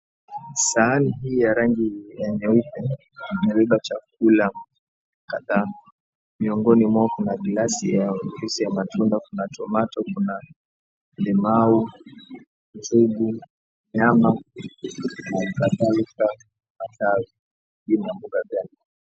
Sahani hii ya rangi ya nyeupe imebeba chakula kadhaa. Miongoni mwao kuna glasi ya juisi ya matunda, kuna tomato , kuna limau, njugu, nyama na majani ya matawi, sijui ni ya mboga gani.